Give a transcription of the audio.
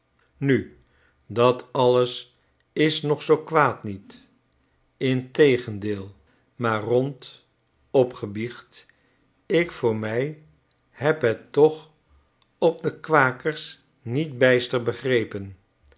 nu dat alles is nog zoo kwaad niet integendeel maar rond opgebiecht ik voor mij heb het toch op de kwakers niet bijster begre